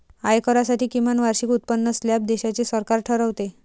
आयकरासाठी किमान वार्षिक उत्पन्न स्लॅब देशाचे सरकार ठरवते